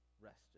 rested